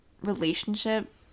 relationship